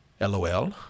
LOL